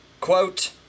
quote